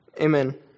Amen